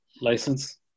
license